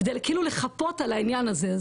כאילו כדי לחפות על העניין הזה.